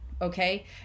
okay